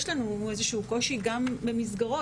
יש לנו איזשהו קושי, גם במסגרות.